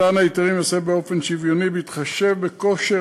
מתן ההיתרים ייעשה באופן שוויוני בהתחשב בכושר